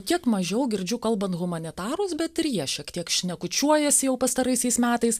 kiek mažiau girdžiu kalbant humanitarus bet ir jie šiek tiek šnekučiuojasi jau pastaraisiais metais